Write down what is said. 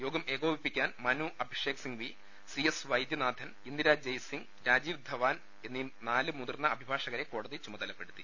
യോഗം ഏകോ പിപ്പിക്കാൻ മനു അഭിഷേക് സിംഗ്പി സിഎസ് വൈദ്യനാഥൻ ഇന്ദിരാജയ്സിംഗ് രാജീവ് ്ധപാ്ൻ എന്നീ നാല് മുതിർന്ന അഭിഭാ ഷകരെ കോടതി ചുമതലപ്പെടുത്തി